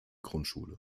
grundschule